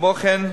כמו כן,